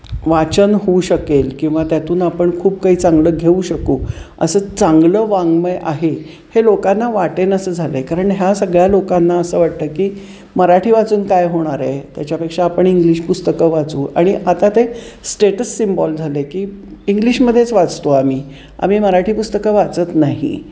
वाचन होऊ शकेल किंवा त्यातून आपण खूप काही चांगलं घेऊ शकू असं चांगलं वाङ्मय आहे हे लोकांना वाटेनासं झालं आहे कारण ह्या सगळ्या लोकांना असं वाटतं की मराठी वाचून काय होणार आहे त्याच्यापेक्षा आपण इंग्लिश पुस्तकं वाचू आणि आता ते स्टेटस सिम्बॉल झालं आहे की इंग्लिशमध्येच वाचतो आम्ही आम्ही मराठी पुस्तकं वाचत नाही